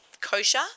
kosher